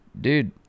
dude